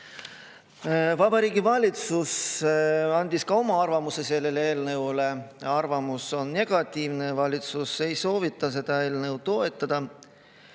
toeta. Vabariigi Valitsus andis ka oma arvamuse selle eelnõu kohta. Arvamus on negatiivne, valitsus ei soovita seda eelnõu toetada.